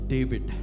David